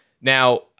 Now